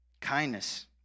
Kindness